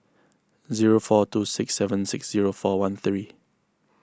zero four two six seven six zero four one three